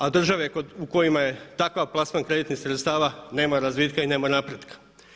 A država u kojoj je takav plasman kreditnih sredstava nema razvitka i nema napretka.